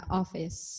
office